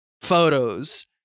photos